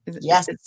Yes